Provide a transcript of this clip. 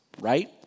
right